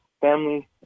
family